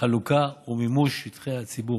והחלוקה ומימוש שטחי הציבור.